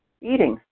eating